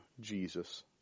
Jesus